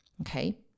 okay